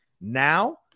now